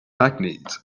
hackneyed